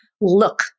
look